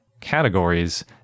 categories